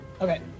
Okay